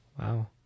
Wow